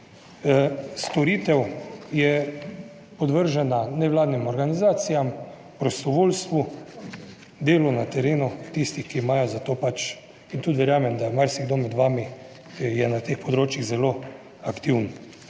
storitev je podvržena nevladnim organizacijam, prostovoljstvu, delu na terenu, tistih, ki imajo za to pač in tudi verjamem, da marsikdo med vami je na teh področjih zelo aktiven.